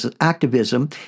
activism